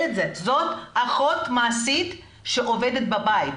את זה שזאת אחות מעשית שעובדת בבית,